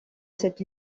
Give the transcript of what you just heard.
cette